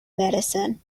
medicine